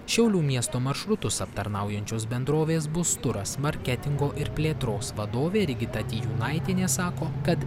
šiaulių miesto maršrutus aptarnaujančios bendrovės busturas marketingo ir plėtros vadovė rigita tijūnaitienė sako kad